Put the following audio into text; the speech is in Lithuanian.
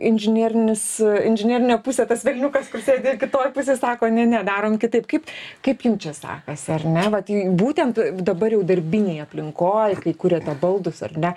inžinierinis inžinerinė pusė tas velniukas kur sėdi kitoj pusėj sako ne ne darom kitaip kaip jum čia sakasi ar ne vat būtent dabar jau darbinėj aplinkoj kai kuriate baldus ar ne